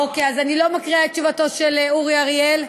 אוקיי, אז אני לא מקריאה את תשובתו של אורי אריאל.